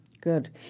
Good